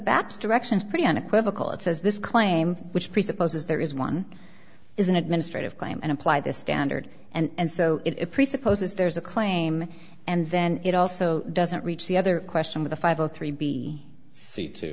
bab's directions pretty unequivocal it says this claim which presupposes there is one is an administrative claim and apply the standard and so it presupposes there's a claim and then it also doesn't reach the other question with a five o three b c to